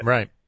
Right